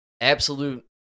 absolute